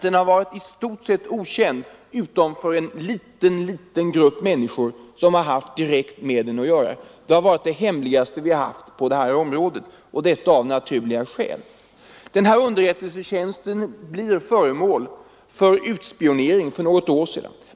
Den har varit okänd, utom för en mycket liten grupp, som haft direkt med den att göra. Den har varit det hemligaste vi haft på detta område, och detta av uppenbara skäl. Denna underrättelsetjänst blev föremål för utspionering för något år sedan.